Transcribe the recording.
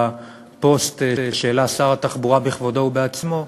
לפוסט שהעלה שר התחבורה בכבודו ובעצמו.